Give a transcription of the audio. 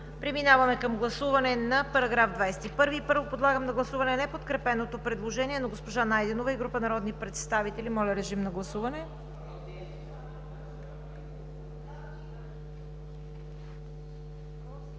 Преминаваме към гласуване на § 21. Първо подлагам на гласуване неподкрепеното предложение на госпожа Найденова и група народни представители. Гласували